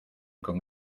con